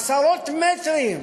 עשרות מטרים,